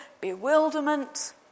bewilderment